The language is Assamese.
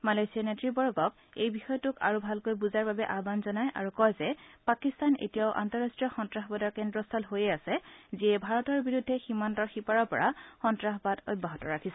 মালয়েছিয়াৰ নেত়বৰ্গক এই বিষয়টোক আৰু ভালকৈ বুজাৰ বাবে আহান জনায় আৰু কয় যে পাকিস্তান এতিয়াও আন্তঃৰাষ্ট্ৰীয় সন্ত্ৰাসবাদৰ কেদ্ৰস্থল হৈয়ে আছে যিয়ে ভাৰতৰ বিৰুদ্ধে সীমান্তৰ সিপাৰৰ পৰা সন্ত্ৰাসবাদ অব্যাহত ৰাখিছে